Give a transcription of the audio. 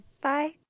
Bye